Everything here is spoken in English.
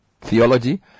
theology